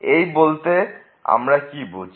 এই বলতে আমরা কি বুঝি